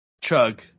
chug